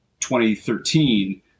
2013